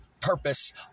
purpose